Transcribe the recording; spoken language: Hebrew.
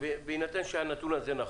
בהינתן שהנתון הזה נכון,